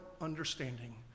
understanding